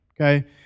okay